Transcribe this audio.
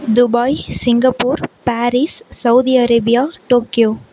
Dubai Singapore Paris Saudi Arabia Tokyo